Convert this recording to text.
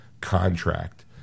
contract